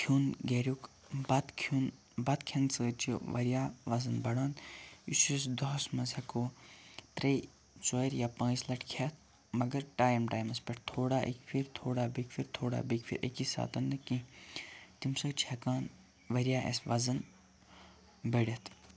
کھیٚون گَریُک بَتہٕ کھیٚون بَتہٕ کھیٚنہِ سۭتۍ چھُ واریاہ وَزَن بَڑان یُس أسۍ دۄہَس مَنٛز ہیٚکو تریٚیہِ ژورِ یا پانٛژِ لَٹہِ کھیٚتھ مَگَر ٹایم ٹایمَس پیٹھ تھوڑا اَکہِ پھِر تھوڑا بیٚکہِ پھِر تھوڑا بیٚکہِ پھِر اَکے ساتَن نہٕ کینٛہہ تمہِ سۭتۍ چھُ ہیٚکان واریاہ اَسہِ وَزَن بَڑِتھ